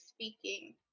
speaking